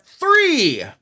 three